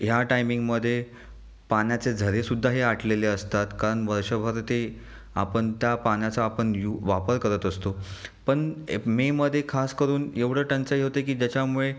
ह्या टायमिंगमध्ये पाण्याचे झरेसुद्धा हे आटलेले असतात कारण वर्षभर ते आपण त्या पाण्याचा आपण यु वापर करत असतो पण मेमध्ये खास करून एवढं टंचाई होते की ज्याच्यामुळे